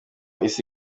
isi